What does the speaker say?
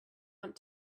want